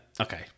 okay